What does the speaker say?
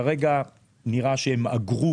כרגע נראה שהם אגרו